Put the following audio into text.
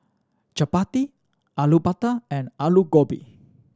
Chapati Alu Matar and Alu Gobi